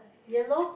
yellow